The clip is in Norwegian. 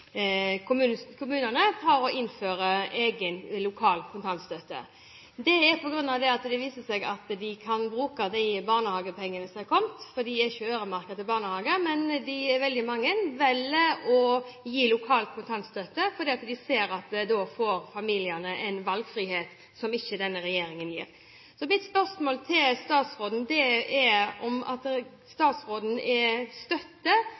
av kommunene innfører egen, lokal kontantstøtte. Det er fordi det viser seg at de kan bruke de barnehagepengene som er kommet, for de er ikke øremerket barnehager. Veldig mange velger å gi lokal kontantstøtte, for de ser at da får familiene en valgfrihet som denne regjeringen ikke gir dem. Så mitt spørsmål til statsråden er om han støtter disse lokalpolitikerne i at